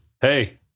hey